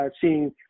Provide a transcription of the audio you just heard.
seeing